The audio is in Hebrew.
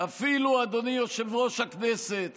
אפילו אדוני יושב-ראש הכנסת